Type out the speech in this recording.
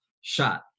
shot